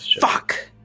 Fuck